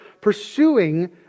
pursuing